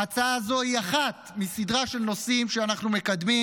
ההצעה הזו היא אחת מסדרה של נושאים שאנחנו מקדמים: